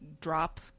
drop